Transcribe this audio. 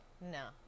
No